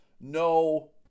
no